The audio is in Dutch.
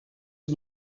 het